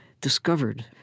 discovered